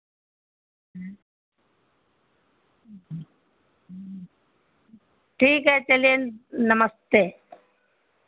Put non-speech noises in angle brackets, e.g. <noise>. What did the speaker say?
हाँ <unintelligible> ठीक है चलिए नमस्ते